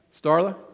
Starla